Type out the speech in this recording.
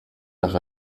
nach